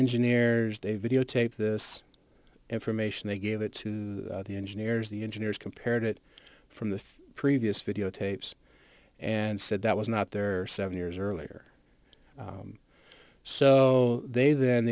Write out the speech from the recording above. engineers they videotape this information they gave it to the engineers the engineers compared it from the previous videotapes and said that was not there seven years earlier so they then